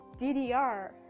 DDR